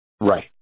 Right